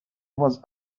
was